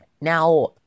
Now